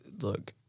look